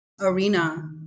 arena